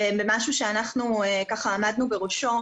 משהו שאנחנו עמדנו בראשו,